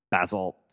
basalt